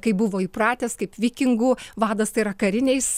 kaip buvo įpratęs kaip vikingų vadas tai yra kariniais